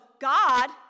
God